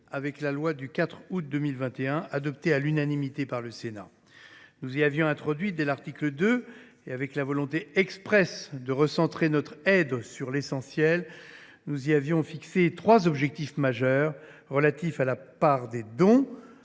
de la loi du 4 août 2021, adoptée à l’unanimité par le Sénat. Nous y avions introduit, dès l’article 2, et avec la volonté expresse de recentrer notre aide sur l’essentiel, trois objectifs majeurs, relatifs à la part des dons,